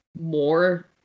more